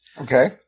Okay